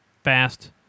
Fast